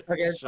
Okay